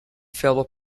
fellow